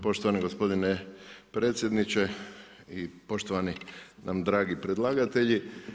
Poštovani gospodine predsjedniče i poštovani nam dragi predlagatelji.